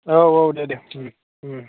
औ औ दे दे